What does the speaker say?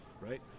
right